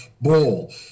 bowl